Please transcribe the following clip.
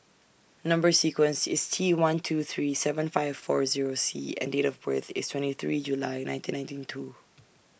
Number sequence IS T one two three seven five four Zero C and Date of birth IS twenty three July nineteen ninety two